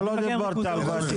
לא, לא דיברתי על בית פרטי.